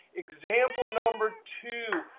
example number two,